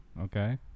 Okay